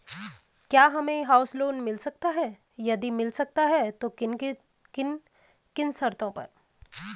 क्या हमें house loan मिल सकता है यदि मिल सकता है तो किन किन शर्तों पर?